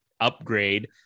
upgrade